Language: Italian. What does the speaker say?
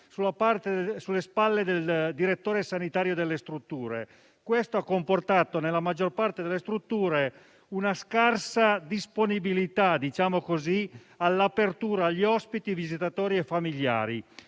sulle spalle del direttore sanitario delle strutture. Questo ha comportato, nella maggior parte delle strutture, una scarsa disponibilità all'apertura agli ospiti, visitatori e familiari.